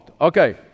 Okay